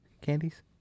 candies